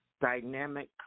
dynamic